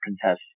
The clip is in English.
contest